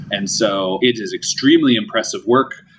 and so it is extremely impressive work.